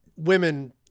Women